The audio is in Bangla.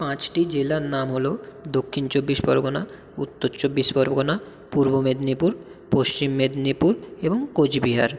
পাঁচটি জেলার নাম হলো দক্ষিণ চব্বিশ পরগনা উত্তর চব্বিশ পরগনা পূর্ব মেদিনীপুর পশ্চিম মেদিনীপুর এবং কোচবিহার